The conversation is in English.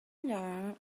and